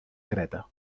creta